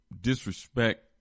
disrespect